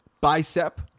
bicep